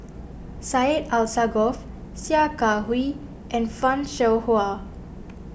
Syed Alsagoff Sia Kah Hui and Fan Shao Hua